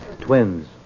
Twins